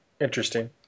interesting